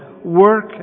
work